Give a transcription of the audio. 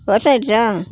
வருஷம் ஆயிடுச்சா